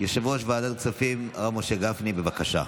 יושב-ראש ועדת הכספים הרב משה גפני, בבקשה.